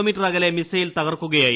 me അകലെ missile തകർക്കുകയായിരുന്നു